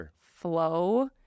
flow